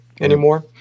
anymore